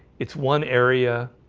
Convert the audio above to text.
it's one area.